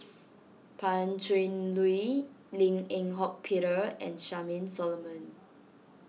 Pan Cheng Lui Lim Eng Hock Peter and Charmaine Solomon